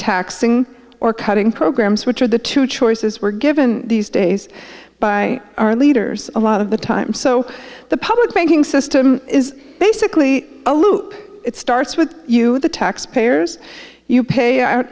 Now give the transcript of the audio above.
taxing or cutting programs which are the two choices were given these days by our leaders a lot of the time so the public banking system is basically a loop it starts with you the taxpayers you pay out